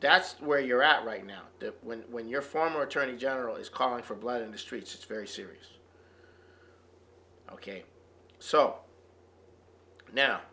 that's where you're at right now when when your former attorney general is calling for blood in the streets it's very serious ok so now